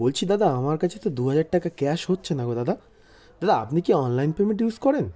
বলছি দাদা আমার কাছে তো দু হাজার টাকা ক্যাশ হচ্ছে না গো দাদা দাদা আপনি কি অনলাইন পেমেন্ট ইউজ করেন